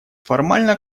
формально